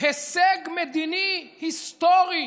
הישג מדיני היסטורי.